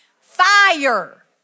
Fire